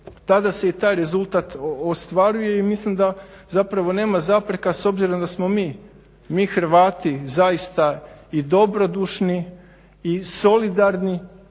tada se i taj rezultat ostvaruje i mislim da zapravo nema zapreka s obzirom da smo mi, mi Hrvati zaista i dobrodušni i solidarni